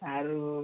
ଆରୁ